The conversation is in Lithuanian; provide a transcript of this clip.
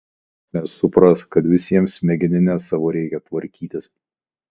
blemba kada žmonės supras kad visiems smegenines savo reikia tvarkytis